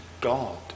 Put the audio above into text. God